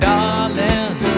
Darling